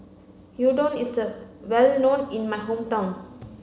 Udon is well known in my hometown